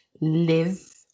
live